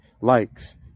likes